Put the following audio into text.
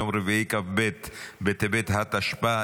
יום רביעי כ"ב בטבת התשפ"ה,